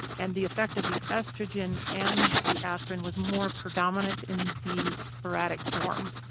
and the effect of the estrogen and the aspirin was more predominant in the sporadic form.